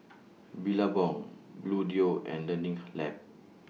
Billabong Bluedio and Learning Lab